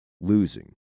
losing